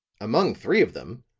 among three of them,